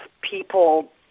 people